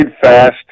fast